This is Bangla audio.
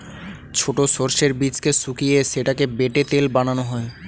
ছোট সর্ষের বীজকে শুকিয়ে সেটাকে বেটে তেল বানানো হয়